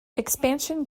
expansion